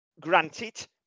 Granted